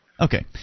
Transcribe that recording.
Okay